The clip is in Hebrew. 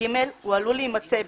הוא עלול להימצא,